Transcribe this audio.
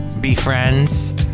befriends